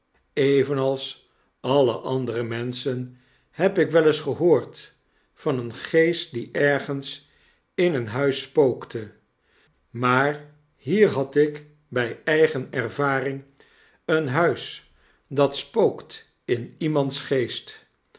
evenals alle andere menschen heb ik wel eens gehoord van een geest die ergens in een huis spookte maar hier had ik bij eigen ervaring een huis dat spookt in iemands